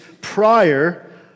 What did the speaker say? prior